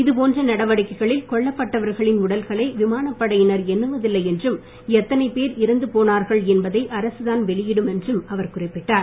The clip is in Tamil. இதுபோன்ற நடவடிக்கைகளில் கொல்லப்பட்டவர்களின் உடல்களை விமானப்படையினர் எண்ணுவதில்லை என்றும் எத்தனை பேர் இறந்து போனார்கள் என்பதை அரசுதான் வெளியிடும் என்றும் அவர் குறிப்பிட்டார்